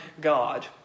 God